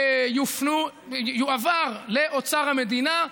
יועברו לאוצר המדינה,